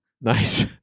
Nice